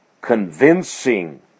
convincing